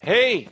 Hey